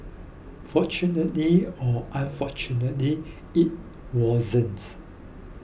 fortunately or unfortunately it wasn't